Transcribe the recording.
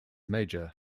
major